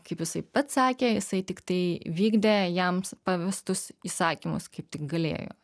kaip jisai pats sakė jisai tiktai vykdė jam pavestus įsakymus kaip tik galėjo